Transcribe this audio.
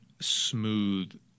smooth